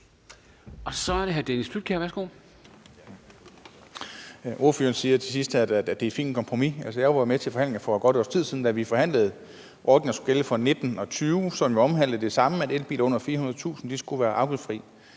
Værsgo. Kl. 12:05 Dennis Flydtkjær (DF): Ordføreren siger her til sidst, at det er et fint kompromis. Jeg var med til forhandlingerne for godt et års tid siden, da vi forhandlede om ordningen, der skulle gælde for 2019 og 2020, som omhandlede det samme, nemlig at elbiler under 400.000 kr. skulle være afgiftsfri.